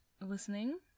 listening